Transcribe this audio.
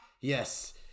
Yes